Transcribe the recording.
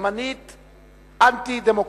ימנית אנטי-דמוקרטית.